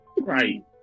right